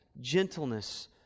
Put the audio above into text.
gentleness